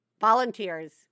Volunteers